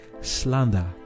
slander